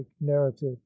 narrative